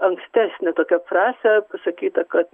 ankstesnę tokią frazę pasakyta kad